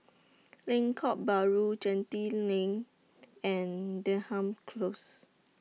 Lengkok Bahru Genting LINK and Denham Close